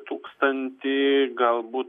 tūkstantį galbūt